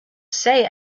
say